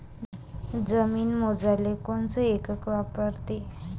जमीन मोजाले कोनचं एकक वापरते?